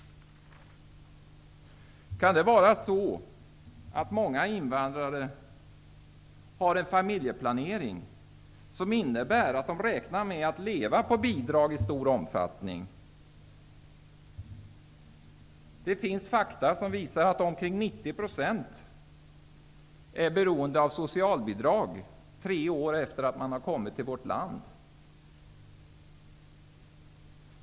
Kan det vara så att många invandrare har en familjeplanering som innebär att de räknar med att i stor omfattning leva på bidrag? Det finns fakta som visar att omkring 90 % är beroende av socialbidrag tre år efter det att de har kommit till vårt land.